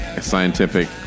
scientific